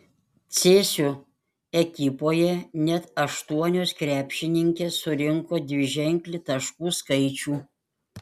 cėsių ekipoje net aštuonios krepšininkės surinko dviženklį taškų skaičių